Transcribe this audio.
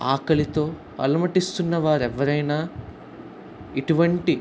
ఆకలితో అలమటిస్తున్న వారు ఎవరైనా ఇటువంటి